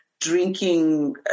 drinking